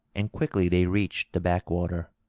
and quickly they reached the back-water.